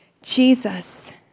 Jesus